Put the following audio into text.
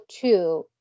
two